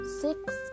six